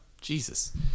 Jesus